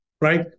right